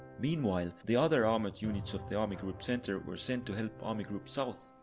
meanwhile the other armoured units of the army group center were sent to help army group south.